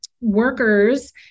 workers